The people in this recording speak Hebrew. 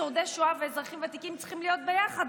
שורדי שואה ואזרחים ותיקים צריכים להיות ביחד,